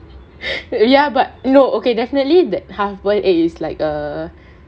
ya but no okay definitely the half boiled egg is like a